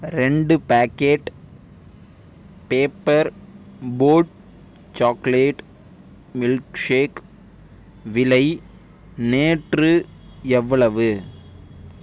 ரெண்டு packet Paper Boat chocolate milk shake விலை நேற்று எவ்வளவு